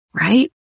right